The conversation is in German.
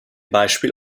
beispiel